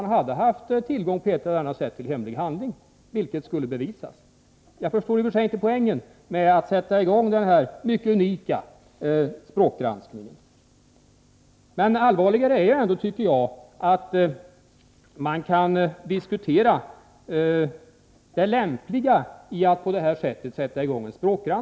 Man hade, på ett eller annat sätt, haft tillgång till hemlig handling, vilket skulle bevisas. Jag förstår i och för sig inte poängen med att sätta i gång denna mycket unika språkgranskning. Men allvarligare är ändå att man kan diskutera det lämpliga i att göra detta.